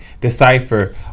decipher